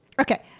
okay